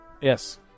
yes